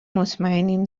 مطمئنیم